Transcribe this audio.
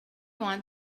want